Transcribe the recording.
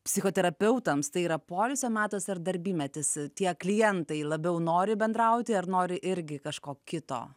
psichoterapeutams tai yra poilsio metas ar darbymetis tie klientai labiau nori bendrauti ar nori irgi kažko kito